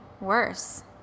worse